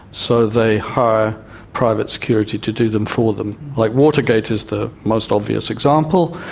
so they hire private security to do them for them. like watergate is the most obvious example,